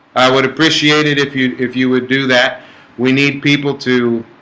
i would appreciate it if you if you would do that we need people to